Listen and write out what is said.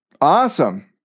Awesome